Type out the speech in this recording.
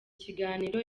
kiganiro